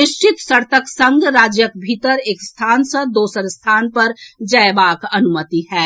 निश्चित शर्तक संग राज्यक भीतर एक स्थान सँ दोसर स्थान पर जएबाक अनुमति होएत